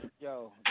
yo